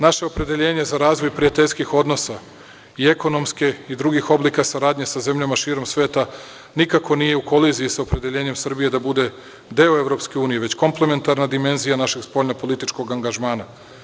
Naše opredeljenje za razvoj prijateljskih odnosa i ekonomskih i drugih oblika saradnje sa zemljama širom sveta nikako nije u koliziji sa opredeljenjem Srbije da bude deo Evropske unije već komplementarna dimenzija našeg spoljnopolitičkog angažmana.